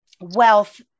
wealth